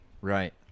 right